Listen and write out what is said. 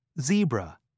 Zebra